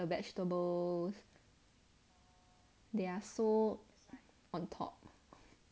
the vegetables they are so on top